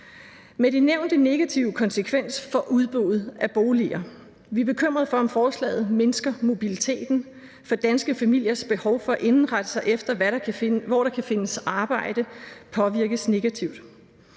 med de nævnte negative konsekvenser for udbuddet af boliger. Vi er bekymrede for, om forslaget mindsker mobiliteten, og for, om danske familiers behov for at indrette sig efter, hvor der kan findes arbejde, påvirkes negativt.